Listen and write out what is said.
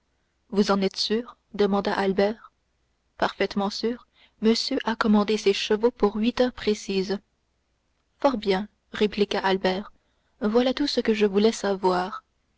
vous en êtes sûr demanda albert parfaitement sûr monsieur a commandé ses chevaux pour huit heures précises fort bien répliqua albert voilà tout ce que je voulais savoir